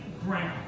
Ground